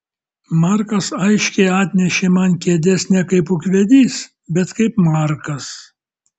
markas aiškiai atnešė man kėdes ne kaip ūkvedys bet kaip markas